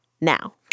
now